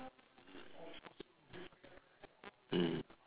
mm